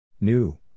New